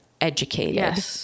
educated